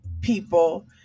people